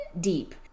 deep